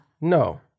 No